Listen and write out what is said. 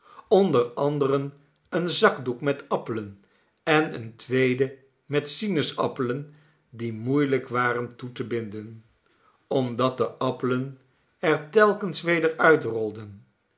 onder anderen een zakdoek met appelen en een tweeden met sinaasappelen die moeiehjk waren toe te binden omdat de appelen er telkens weder uitrolden